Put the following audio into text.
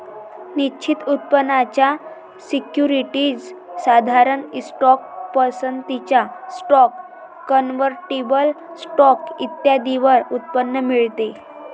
निश्चित उत्पन्नाच्या सिक्युरिटीज, साधारण स्टॉक, पसंतीचा स्टॉक, कन्व्हर्टिबल स्टॉक इत्यादींवर उत्पन्न मिळते